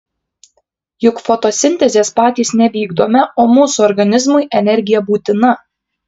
juk fotosintezės patys nevykdome o mūsų organizmui energija būtina